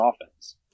offense